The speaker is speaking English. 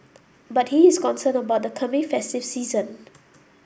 but he is concerned about the coming festive season